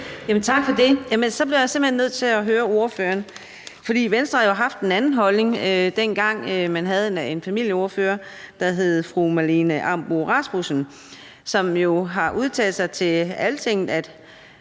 ordføreren, om Venstre har skiftet holdning. For Venstre har jo haft en anden holdning, dengang man havde en familieordfører, der hed fru Marlene Ambo-Rasmussen, som har udtalt sig til Altinget,